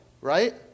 right